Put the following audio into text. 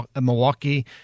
Milwaukee